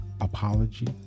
apology